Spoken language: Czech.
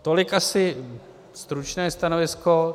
Tolik asi stručné stanovisko.